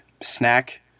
snack